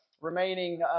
remaining